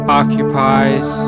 occupies